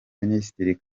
minisitiri